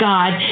God